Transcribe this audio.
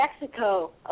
Mexico